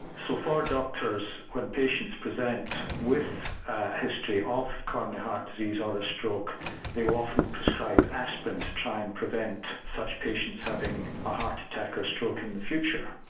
so far doctors when patients present with a history of coronary heart disease ah or stroke they will often prescribe aspirin to try and prevent such patients having a heart attack or stroke in the future.